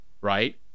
right